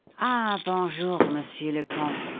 ah, bon jour, monsieur le comte,